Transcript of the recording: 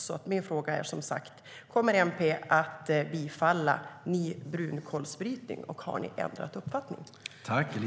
Min fråga är som sagt: Kommer MP att bifalla en ny brunkolsbrytning, och har ni ändrat uppfattning?